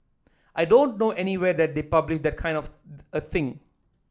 I don't know anywhere that they publish that kind of a thing